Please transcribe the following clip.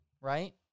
right